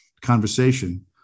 conversation